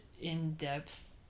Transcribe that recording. in-depth